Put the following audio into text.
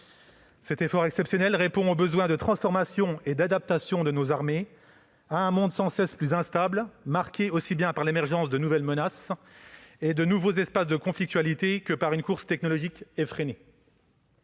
Cet effort exceptionnel répond aux besoins de transformation et d'adaptation de nos armées à un monde sans cesse plus instable, marqué aussi bien par l'émergence de nouvelles menaces et de nouveaux espaces de conflictualité que par une course technologique effrénée.